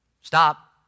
stop